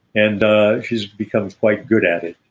and ah she's become quite good at it,